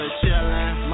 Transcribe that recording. chillin